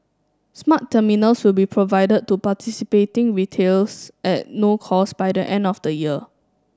smart terminals will be provided to participating retailers at no cost by the end of the year